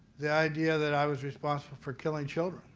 the idea that i was responsible for killing children.